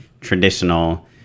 traditional